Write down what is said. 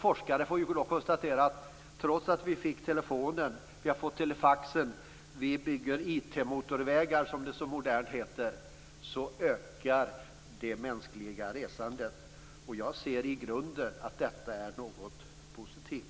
Forskare får konstatera att vi trots att vi har fått telefonen och telefaxen och trots att IT-motorvägar, som det så modernt heter, byggs, ökar det mänskliga resandet. Jag ser detta som något som i grunden är positivt.